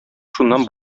шуннан